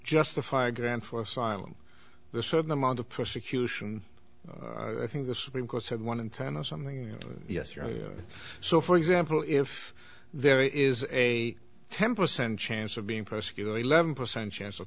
justify a grant for asylum a certain amount of persecution i think the supreme court said one in ten or something yes you know so for example if there is a ten percent chance of being prosecuted eleven percent chance o